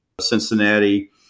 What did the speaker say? Cincinnati